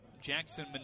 Jackson